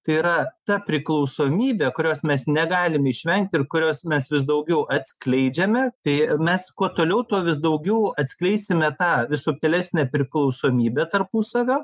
tai yra ta priklausomybė kurios mes negalime išvengti ir kurios mes vis daugiau atskleidžiame tai mes kuo toliau tuo vis daugiau atskleisime tą vis subtilesnę priklausomybę tarpusavio